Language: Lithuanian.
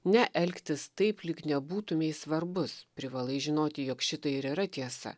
ne elgtis taip lyg nebūtumei svarbus privalai žinoti jog šitai ir yra tiesa